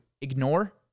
Ignore